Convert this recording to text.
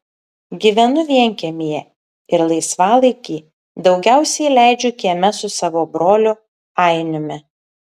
gyvenu vienkiemyje ir laisvalaikį daugiausiai leidžiu kieme su savo broliu ainiumi